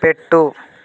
పెట్టు